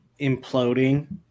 imploding